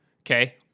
okay